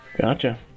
Gotcha